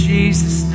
Jesus